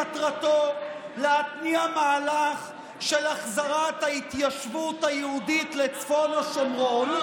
מטרתו להתניע מהלך של החזרת ההתיישבות היהודית לצפון השומרון.